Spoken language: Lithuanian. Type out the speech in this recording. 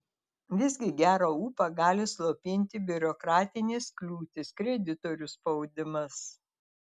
visgi gerą ūpą gali slopinti biurokratinės kliūtys kreditorių spaudimas